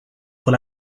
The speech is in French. pour